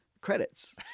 credits